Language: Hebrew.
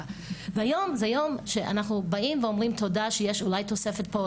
והיום זה יום שאנחנו באים ואומרים תודה שיש אולי תוספת פה,